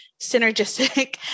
synergistic